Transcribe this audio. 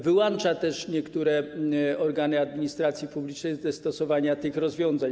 Wyłącza też niektóre organy administracji publicznej ze stosowania tych rozwiązań.